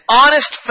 honest